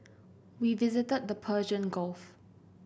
we visited the Persian Gulf